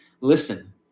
listen